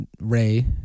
Ray